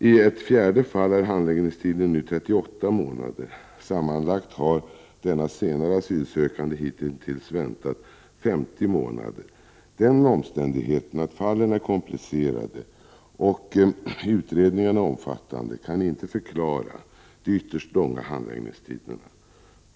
I ett fjärde fall är handläggningstiden nu 38 månader. Denna senare asylsökande har sammanlagt väntat hitintills 50 månader. Den omständigheten att fallen är komplicerade och utredningarna omfattande kan inte förklara de ytterst långa handläggningstiderna.